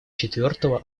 четвертого